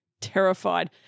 terrified